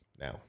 Now